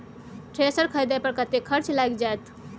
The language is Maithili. थ्रेसर खरीदे पर कतेक खर्च लाईग जाईत?